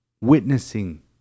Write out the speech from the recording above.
witnessing